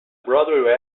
broadway